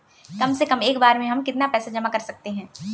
कम से कम एक बार में हम कितना पैसा जमा कर सकते हैं?